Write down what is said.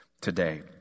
today